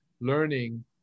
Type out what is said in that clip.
learning